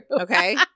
Okay